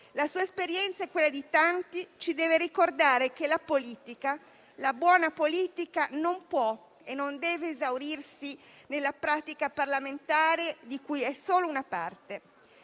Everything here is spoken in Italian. La sua esperienza e quella di tanti ci deve ricordare che la politica, la buona politica non può e non deve esaurirsi nella pratica parlamentare di cui è solo una parte.